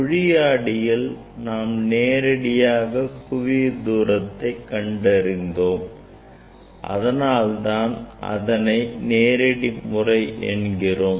குழியாடியில் நாம் நேரடியாக குவிய தூரத்தை கண்டறிந்தோம் அதனால்தான் அது நேரடி முறை என்கிறோம்